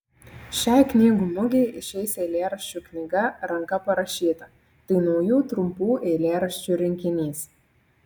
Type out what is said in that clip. šiai knygų mugei išeis eilėraščių knyga ranka parašyta tai naujų trumpų eilėraščių rinkinys